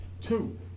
Two